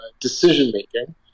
decision-making